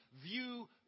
view